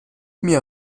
mir